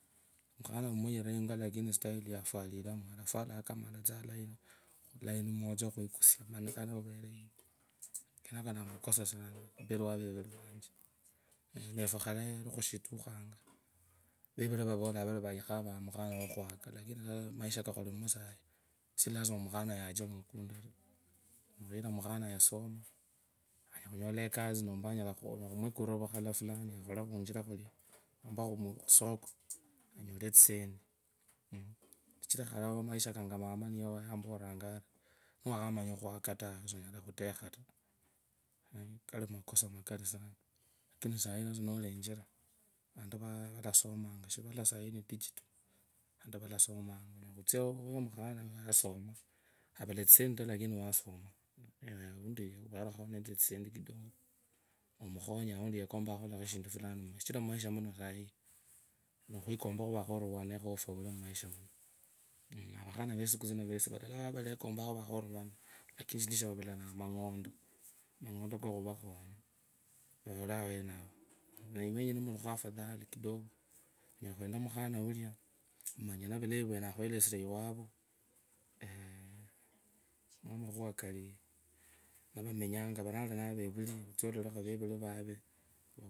Yani manye nikhuri vijana lazima khukhare khurume iwanyi khakhunyolee vashere refu nende vevur vefu khavayole shavalalia lavutsu niwikhala tsaa vantu valatsa khukwivakho mutown vasu olevanga tsisendei kachiru nolenyera mushivali shakenya shinu vijina vanyanji vakhayire ouifwi sichira shina? Sifalenyonga khwiruma khukhuka ekasi tau siralenyaa khwimuma khokhola rukhala tawe valenyaa khuvaa vakra manikenako onyala vari maisha kako kakhava mateyo onyola vasikari vakhaanza khukhukhava serikali niyatsa khukhukhava maisha kako sikali malayi taa olava murilendesheria shivala shilavaa shakhalipaa khandi vantu valakhuyanza vantu vanyinji kama esie vantu vanyinji vekompanga khukhale ninasie khuvukhala vwanjevwe stima yino nutsia iwefu notsia kitale vantu vanyinji sana vekumpanga khwikhala ninasie eeeh nakhunyakho vanee mukkhala vwavo vesi valala vao valala vao